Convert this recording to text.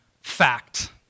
fact